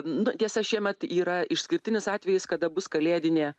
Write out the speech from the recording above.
nu tiesa šiemet yra išskirtinis atvejis kada bus kalėdinė